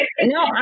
No